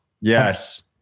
Yes